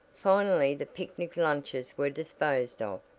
finally the picnic lunches were disposed of,